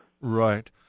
Right